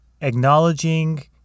acknowledging